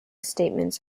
statements